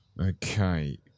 Okay